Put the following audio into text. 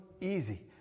easy